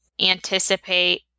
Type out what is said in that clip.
anticipate